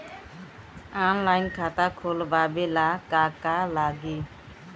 Online खाता खोलबाबे ला का का लागि?